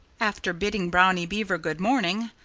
after bidding brownie beaver good-morning,